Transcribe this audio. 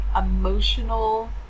emotional